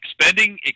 Spending